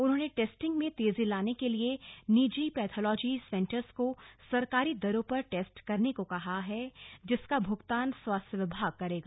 उन्होंने टेस्टिंग में तेजी लाने के लिए निजी पैथोलॉजी सेंटर्स को सरकारी दरों पर टेस्ट करने को कहा है जिसका भुगतान स्वास्थ्य विभाग करेगा